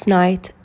night